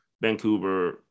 Vancouver